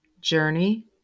journey